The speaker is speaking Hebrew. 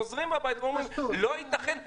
חוזרים הביתה ואומרים: לא ייתכן,